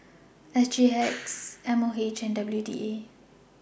S G X M O H and W D A